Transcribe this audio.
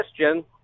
question